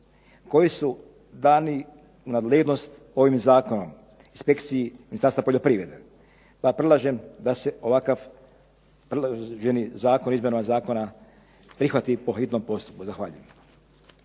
koji su dani u nadležnost ovim zakonom inspekciji Ministarstva poljoprivrede. Pa predlažem da se ovakav predloženi zakon o izmjenama zakona prihvati po hitnom postupku. Zahvaljujem.